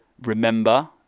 remember